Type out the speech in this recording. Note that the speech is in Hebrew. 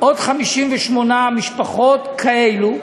עוד 58 משפחות כאלה,